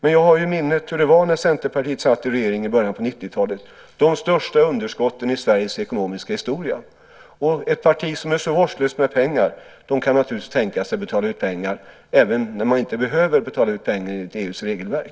Men jag har i minnet hur det var när Centerpartiet satt i regering i början av 90-talet - de största underskotten i Sveriges ekonomiska historia. Ett parti som är så vårdslöst med pengar kan naturligtvis tänka sig att betala ut pengar även när man inte behöver betala ut pengar enligt EU:s regelverk.